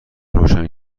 روشن